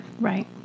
Right